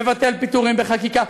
מבטל פיטורים בחקיקה,